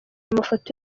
amafoto